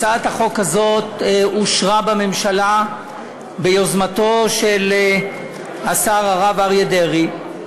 הצעת החוק הזאת אושרה בממשלה ביוזמתו של השר הרב אריה דרעי,